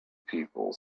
people